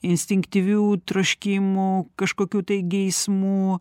instinktyvių troškimų kažkokių tai geismų